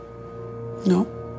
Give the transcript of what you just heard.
No